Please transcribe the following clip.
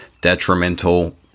detrimental